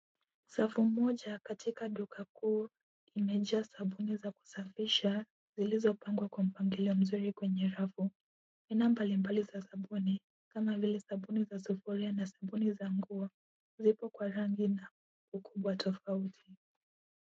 Safu moja katika duka kuu, imejaa sabuni za kusafisha ,zilizopangwa kwa mpangilio mzuri kwenye rafu. Aina mbali mbali za sabuni kama vile sabuni za sufuria na sabuni za nguo zipo kwa rangi na ukubwa tofauti.